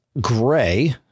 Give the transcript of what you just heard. gray